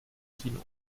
kino